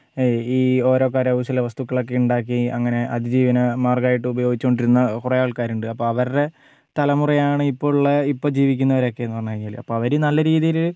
ഈ ഓരോ കരകൗശല വസ്തുക്കളൊക്കെ ഉണ്ടാക്കി അങ്ങനെ അതിജീവന മർഗ്ഗായിട്ട് ഉപയോഗിച്ചു കൊണ്ടിരുന്ന കുറെ ആൾക്കാരുണ്ട് അപ്പോൾ അവർടെ തലമുറയാണ് ഇപ്പോൾ ഉള്ളത് ഇപ്പോൾ ജീവിക്കുന്നവരൊക്കെന്ന് പറഞ്ഞു കഴിഞ്ഞാൽ അപ്പോൾ അവർ നല്ല രീതിയിൽ